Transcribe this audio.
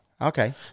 Okay